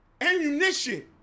ammunition